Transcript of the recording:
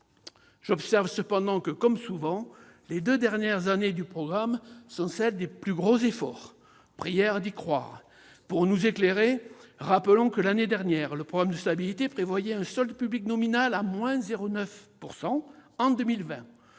J'observe cependant que, comme souvent, les deux dernières années du programme sont celles des plus gros efforts ... Prière d'y croire ! Ah, ça ... Pour nous éclairer, rappelons que, l'année dernière, le programme de stabilité prévoyait un solde public nominal de-0,9 % en 2020.